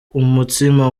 umutsima